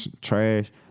Trash